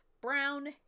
brown